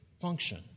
function